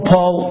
Paul